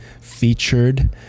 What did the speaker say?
featured